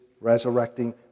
resurrecting